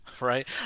right